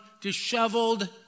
disheveled